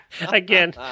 Again